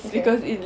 okay